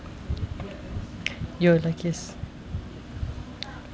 you will like this